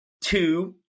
two